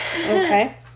Okay